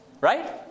right